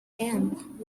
end